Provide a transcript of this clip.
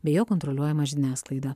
bei jo kontroliuojama žiniasklaida